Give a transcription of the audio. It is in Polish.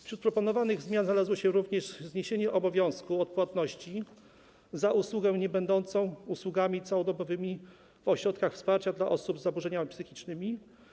Wśród proponowanych zmian znalazło się również zniesienie obowiązku odpłatności za usługę niebędącą usługą całodobową w ośrodkach wsparcia dla osób z zaburzeniami psychicznymi.